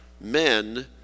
men